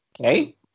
Okay